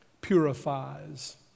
purifies